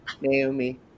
Naomi